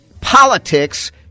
politics